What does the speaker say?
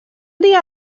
dia